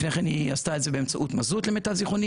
לפני זה היא עשתה את זה באמצעות מזוט או סולר.